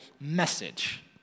message